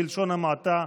בלשון המעטה.